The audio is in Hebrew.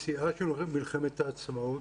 בשיאה של מלחמת העצמאות,